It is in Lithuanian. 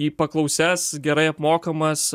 į paklausias gerai apmokamas